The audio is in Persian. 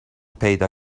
پیدا